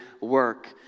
work